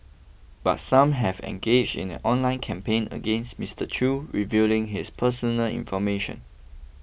but some have engaged in an online campaign against Mister Chew revealing his personal information